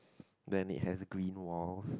then it has green walls